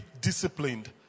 disciplined